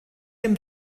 hem